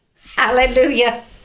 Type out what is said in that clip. Hallelujah